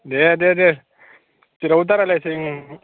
दे दे दे जेरावबो दारायलायसै